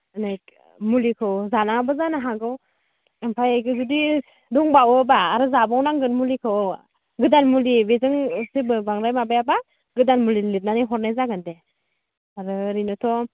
like मुलिखौ जानाङाबो जानो हागौ ओमफ्राय बेबादि दंबावो बा आरो जाबाव नांगोन मुलिखौ गोदान मुलि बेजों जेबो बांद्राय माबायाबा गोदान मुलि लिरनानै हरनाय जागोन दे आरो ओरैनोथ'